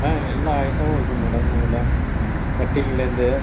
ஆ எல்லா ஐட்டமும் இருக்கும் மேடம் அதில் கட்டிங்லேருந்து